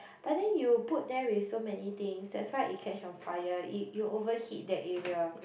but then you put there with so many things that's why it catch on fire you you overheat that area